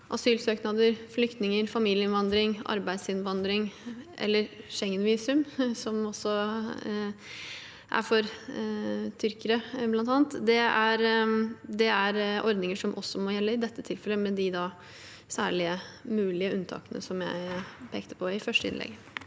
asylsøknader, flyktninger, familieinnvandring, arbeidsinnvandring eller Schengen-visum, som også er for tyrkere bl.a., er ordninger som også må gjelde i dette tilfellet – da særlig med de mulige unntakene som jeg pekte på i første innlegg.